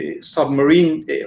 submarine